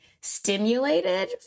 stimulated